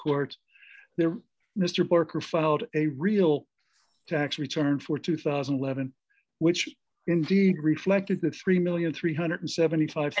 court there mr parker filed a real tax return for two thousand and eleven which indeed reflected the three million three hundred and seventy five